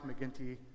McGinty